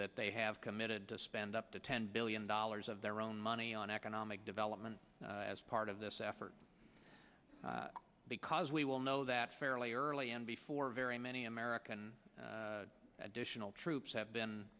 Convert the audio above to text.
that they have committed to spend up to ten billion dollars of their own money on economic development as part of this effort because we will know that fairly early on before very many american additional troops have